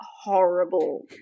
horrible